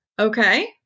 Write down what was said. Okay